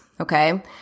okay